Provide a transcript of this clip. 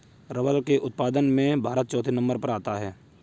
rubber के उत्पादन में भारत चौथे नंबर पर आता है